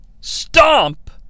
stomp